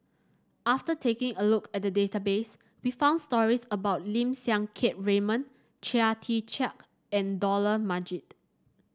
after taking a look at the database we found stories about Lim Siang Keat Raymond Chia Tee Chiak and Dollah Majid